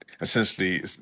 essentially